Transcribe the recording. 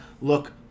look